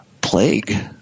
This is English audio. plague